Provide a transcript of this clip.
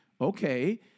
okay